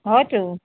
হয়টো